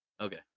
Okay